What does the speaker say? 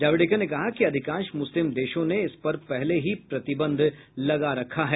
जावड़ेकर ने कहा कि अधिकांश मूस्लिम देशों ने इस पर पहले ही प्रतिबंध लगा रखा है